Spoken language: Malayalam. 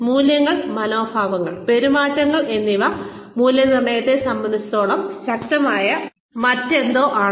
മൂല്യങ്ങൾ മനോഭാവങ്ങൾ പെരുമാറ്റങ്ങൾ എന്നിവ മൂല്യനിർണ്ണയത്തെ സംബന്ധിച്ചിടത്തോളം ശക്തമായ മറ്റെന്തോ ആണ്